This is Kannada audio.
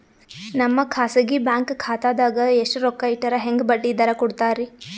ನಮ್ಮ ಖಾಸಗಿ ಬ್ಯಾಂಕ್ ಖಾತಾದಾಗ ಎಷ್ಟ ರೊಕ್ಕ ಇಟ್ಟರ ಹೆಂಗ ಬಡ್ಡಿ ದರ ಕೂಡತಾರಿ?